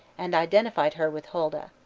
and identified her with holda.